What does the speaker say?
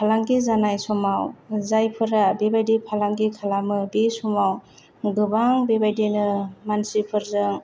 फालांगि जानाय समाव जायफोरा बेबायदि फालांगि खालामो बे समाव गोबां बेबायदिनो मानसिफोरजों